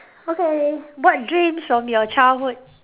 okay what dreams from your childhood